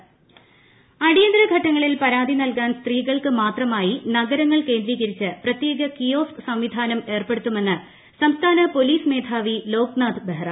kiosk police അടിയന്തിരഘട്ടങ്ങളിൽ പ്രാതി നൽകാൻ സ്ത്രീകൾക്ക് മാത്രമായി നഗരങ്ങൾ കേന്ദ്രീകരിച്ച് പ്രത്യേക കിയോസ്ക് സംവിധാനം ഏർപ്പെ ടുത്തുമെന്ന് സംസ്ഥാന പോലീസ് മേധാവി ലോക്നാഥ് ബെഹ്റ